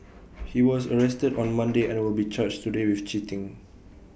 he was arrested on Monday and will be charged today with cheating